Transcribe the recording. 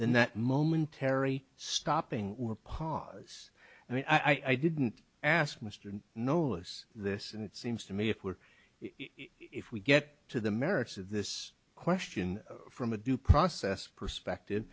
then that momentary stopping or pause and i didn't ask mr knows this and it seems to me if we are if we get to the merits of this question from a due process perspective